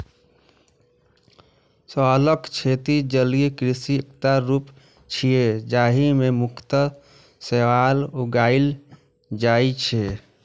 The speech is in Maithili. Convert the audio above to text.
शैवालक खेती जलीय कृषि के एकटा रूप छियै, जाहि मे मुख्यतः शैवाल उगाएल जाइ छै